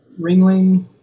Ringling